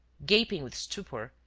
gaping with stupor,